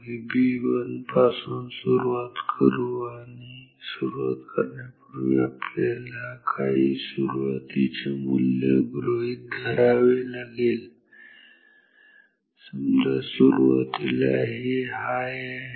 VB1 पासून सुरुवात करू आणि सुरुवात करण्यापूर्वी आपल्याला काही सुरुवातीचे मूल्य गृहीत धरावे लागेल समजा सुरुवातीला हे हाय आहे